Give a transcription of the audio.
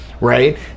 right